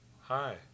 Hi